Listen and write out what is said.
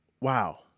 wow